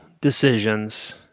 decisions